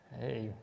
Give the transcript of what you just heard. Hey